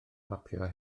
mapio